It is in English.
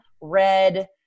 red